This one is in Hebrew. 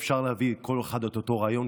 אפשר להביא כל אחד את אותו רעיון,